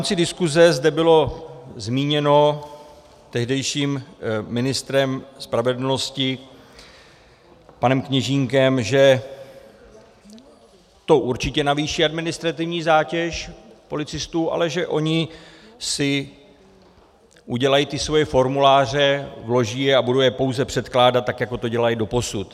V rámci diskuze zde bylo zmíněno tehdejším ministrem spravedlnosti panem Kněžínkem, že to určitě navýší administrativní zátěž policistů, ale že oni si udělají ty svoje formuláře, vloží je a budou je pouze předkládat, tak jako to dělali doposud.